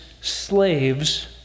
slaves